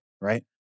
right